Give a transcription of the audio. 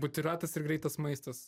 butiratas ir greitas maistas